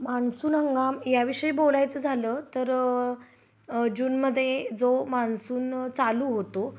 monsoon हंगाम याविषयी बोलायचं झालं तर जून मध्ये जो मान्सून चालू होतो